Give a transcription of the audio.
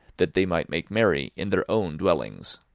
that they might make merry in their own dwellings.